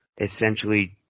essentially